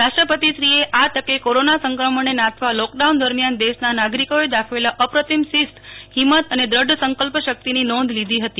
રાષ્ટ્રપતિશ્રીએ આ તકે કોરોના સંક્રમણને નાથવા લોકડાઉન દરમિયાન દેશના નાગરિકોએ દાખવેલા અપ્રતિમ શિસ્ત હિંમત અને દૃઢ સંકલ્પશક્તિની નોંધ લીધી હતી